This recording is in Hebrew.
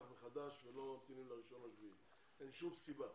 מחדש ולא ממתינים לראשון ביולי אין שום סיבה.